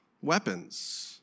weapons